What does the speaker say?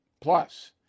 Plus